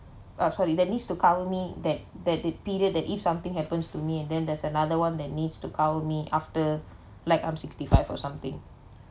uh sorry that needs to cover me that that the period that if something happens to me and then there's another [one] that needs to cover me after like I'm sixty five or something